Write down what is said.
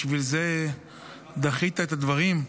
בשביל זה דחית את הדברים?